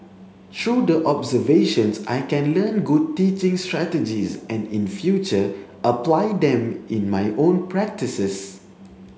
through the observations I can learn good teaching strategies and in future apply them in my own practices